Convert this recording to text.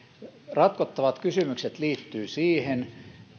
ratkottavat kysymykset liittyvät siihen